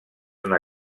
una